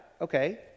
Okay